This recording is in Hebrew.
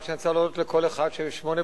לוועדת הכספים להכנה לקראת קריאה שנייה ושלישית.